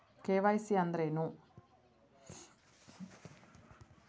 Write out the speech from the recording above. KYC ಅಂದ್ರೇನು?